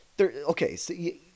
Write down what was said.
Okay